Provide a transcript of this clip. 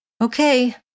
Okay